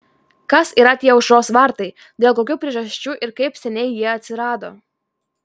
kas yra tie aušros vartai dėl kokių priežasčių ir kaip seniai jie atsirado